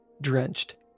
drenched